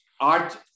art